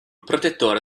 protettore